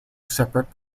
separate